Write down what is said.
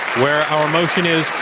where our motion is,